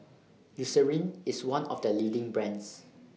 Eucerin IS one of The leading brands